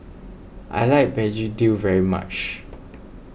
I like Begedil very much